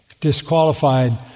disqualified